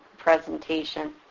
presentation